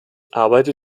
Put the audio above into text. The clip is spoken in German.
arbeite